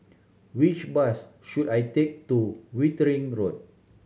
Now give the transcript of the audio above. which bus should I take to Wittering Road